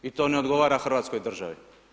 I to ne odgovara hrvatskoj državi.